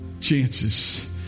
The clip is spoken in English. chances